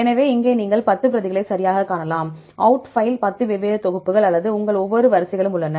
எனவே இங்கே நீங்கள் ஒரு 10 பிரதிகளை சரியாகக் காணலாம் அவுட்ஃபைலில் 10 வெவ்வேறு தொகுப்புகள் அல்லது உங்கள் ஒவ்வொரு வரிசைகளும் உள்ளன